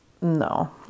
no